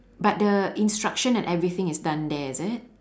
but the instruction and everything is done there is it